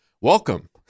welcome